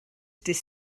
dydd